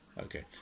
Okay